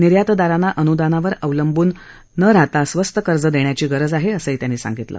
निर्यातदारांना अनुदानावर अवलंबून राहता स्वस्त कर्ज देण्याची गरज आहे असंही त्यांनी सांगितलं